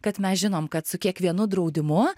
kad mes žinom kad su kiekvienu draudimu